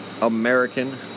American